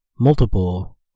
multiple